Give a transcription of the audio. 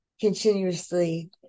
continuously